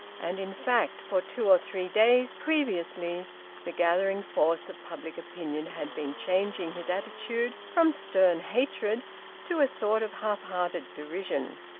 and, in fact, for two or three days previously the gathering force of public opinion had been changing his attitude from stern hatred to a sort of half-hearted derision.